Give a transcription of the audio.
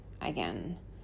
again